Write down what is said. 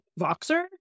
Voxer